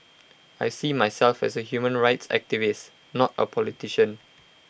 I see myself as A human rights activist not A politician